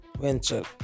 venture